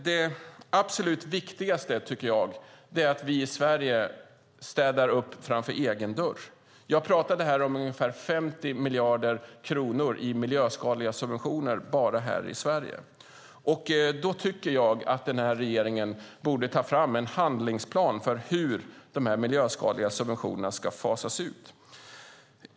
Det absolut viktigaste, tycker jag, är att vi i Sverige städar upp framför egen dörr. Jag pratade om ungefär 50 miljarder kronor i miljöskadliga subventioner bara här i Sverige, och jag tycker att regeringen borde ta fram en handlingsplan för hur de här miljöskadliga subventionerna ska fasas ut.